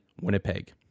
Winnipeg